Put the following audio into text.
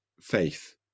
faith